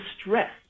stress